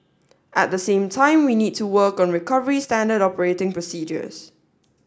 at the same time we need to work on recovery standard operating procedures